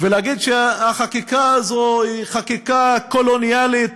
ולהגיד שהחקיקה הזאת היא חקיקה קולוניאלית,